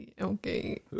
Okay